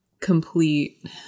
complete